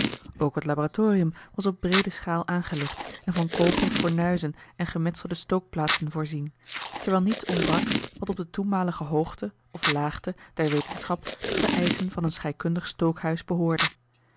ook het laboratorium was op breede schaal aangelegd en van koperen fornuizen en gemetselde stookplaats voorzien terwijl niets ontbrak wat op de toenmalige hoogte of laagte der wetenschap tot de eischen van een scheikundig stookhuis behoorde